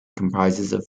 comprises